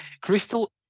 Crystal